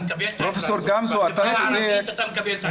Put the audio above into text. מהחברה הערבית אתה מקבל את העזרה.